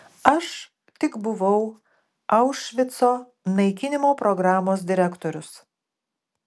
aš tik buvau aušvico naikinimo programos direktorius